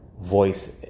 voice